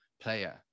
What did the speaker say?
player